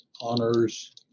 honors